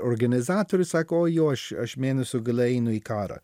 organizatorius sako o jo aš aš mėnesio gale einu į karą